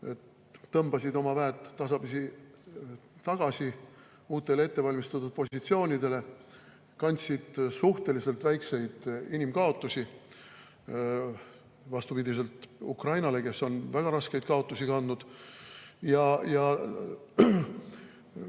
tõmbasid oma väed tasapisi tagasi uutele ettevalmistatud positsioonidele, kandsid suhteliselt väikseid inimkaotusi, vastupidiselt Ukrainale, kes on väga raskeid kaotusi kandnud. Nad tegid